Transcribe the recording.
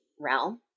realm